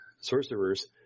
sorcerers